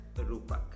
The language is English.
Rupak